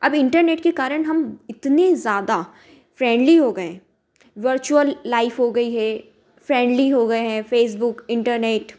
अब इंटरनेट के कारण हम इतने ज़्यादा फ्रेंड्ली हो गए हैं वर्चुअल लाइफ हो गई है फ्रेंड्ली हो गए हैं फेसबुक इंटरनेट